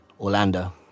Orlando